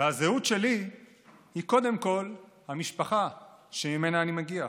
והזהות שלי היא קודם כול המשפחה שממנה אני מגיע.